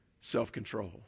self-control